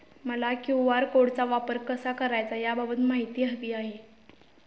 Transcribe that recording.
मला क्यू.आर कोडचा वापर कसा करायचा याबाबत माहिती हवी आहे